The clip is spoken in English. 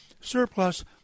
Surplus